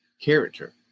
character